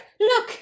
look